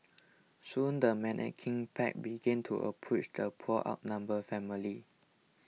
soon the menacing pack began to approach the poor outnumbered family